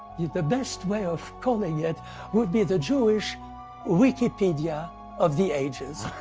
the best way of calling it would be the jewish wikipedia of the ages.